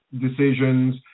decisions